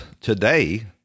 today